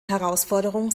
herausforderung